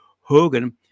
Hogan